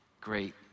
great